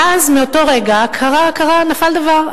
ואז, מאותו רגע נפל דבר.